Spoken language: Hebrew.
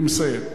אני מסיים.